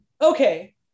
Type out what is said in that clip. Okay